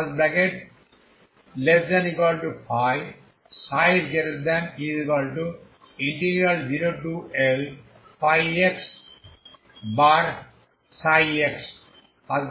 ∶ 0Lxψ